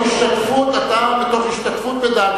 מתוך השתתפות בדאגתנו.